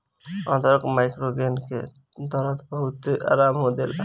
अदरक माइग्रेन के दरद में बहुते आराम देला